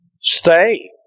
Stay